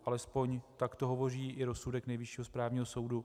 Alespoň takto hovoří i rozsudek Nejvyššího správního soudu.